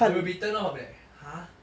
I will be turned off I will be like !huh!